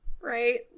Right